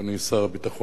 אדוני שר הביטחון,